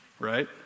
Right